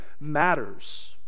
matters